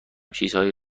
چیزهایی